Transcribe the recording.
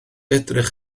edrych